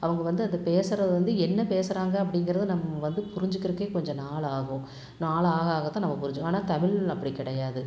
அவங்க வந்து அத பேசுகிறது வந்து என்ன பேசுகிறாங்க அப்படிங்கிறத நம்ம வந்து புரிஞ்சிக்கிறதுக்கே கொஞ்சம் நாள் ஆகும் நாள் ஆக ஆக தான் நம்ம புரிஞ்சிப்போம் ஆனால் தமிழ் அப்படி கிடையாது